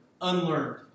unlearned